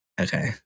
Okay